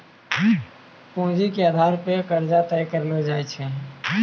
पूंजी के आधार पे कर्जा तय करलो जाय छै